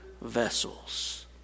vessels